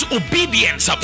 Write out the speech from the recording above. obedience